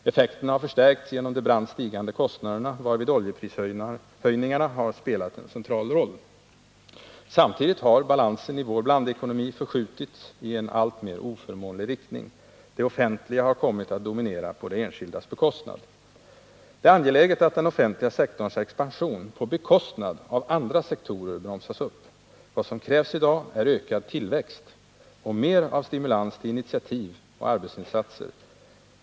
Effekterna har förstärkts genom de brant stigande kostnaderna, varvid oljeprishöjningarna har spelat en central roll. Samtidigt har balansen i vår blandekonomi förskjutits i en alltmer oförmånlig riktning. Det offentliga har kommit att dominera på det enskildas bekostnad. Det är angeläget att den offentliga sektorns expansion på bekostnad av andra sektorer bromsas upp. Vad som krävs i dag är ökad tillväxt och mer av stimulans till initiativ och arbetsinsatser.